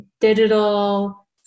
digital